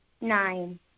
Nine